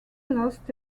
lost